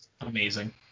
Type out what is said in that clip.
Amazing